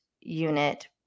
unit